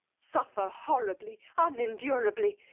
suffer horribly, unendurably.